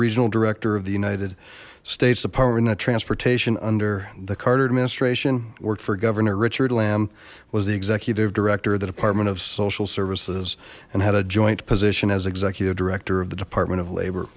regional director of the united states department of transportation under the carter administration worked for governor richard lamb was the executive director of the department of social services and had a joint position as executive director of the department of labor